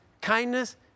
kindness